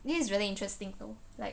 this is really interesting though like